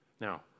Now